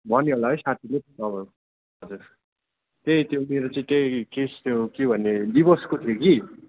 भन्यो होला है साथीले तपाईँ हजुर त्यही त्यो मेरो चाहिँ त्यही केस थियो के भने डिभोर्सको थियो कि